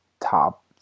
top